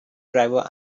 driver